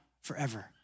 forever